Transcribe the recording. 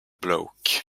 bloke